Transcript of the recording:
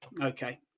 okay